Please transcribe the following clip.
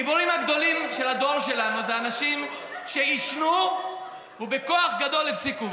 הגיבורים הגדולים של הדור שלנו זה אנשים שעישנו ובכוח גדול הפסיקו.